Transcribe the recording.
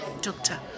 doctor